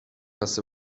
قصد